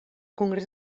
congrés